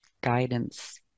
guidance